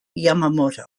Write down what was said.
yamamoto